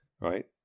Right